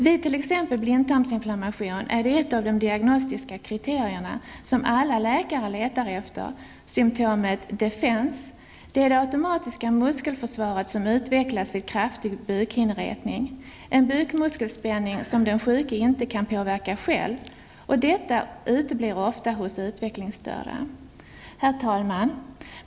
Vid t.ex. blindtarmsinflammation är ett av de diagnostiska kriterierna -- som alla läkare letar efter -- symptomet ''defence'', dvs. det automatiska muskelförsvaret som utvecklas vid kraftig bukhinneretning -- en bukmuskelspänning som den sjuke inte kan påverka själv. Detta uteblir ofta hos utvecklingsstörda. Herr talman!